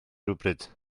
rhywbryd